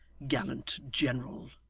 gallant general